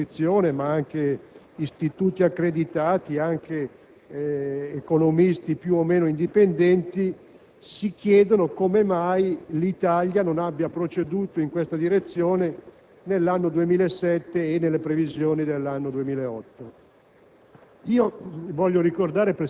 parlamentari, non solo dell'opposizione, ed anche istituti accreditati ed economisti più o meno indipendenti si chiedono come mai l'Italia non abbia proceduto in questa direzione nell'anno 2007 e nelle previsioni dell'anno 2008.